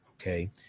Okay